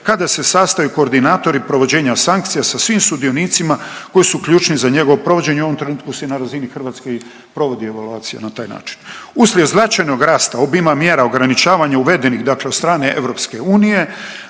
kada se sastaju koordinatori provođenja sankcija sa svim sudionicima koji su ključni za njegovo provođenje, u ovom trenutku se na razini Hrvatske i provodi evaluacija na taj način. Uslijed značajnog rasta obima mjera ograničavanja uvedenih dakle od strane EU nakon